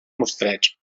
mostreig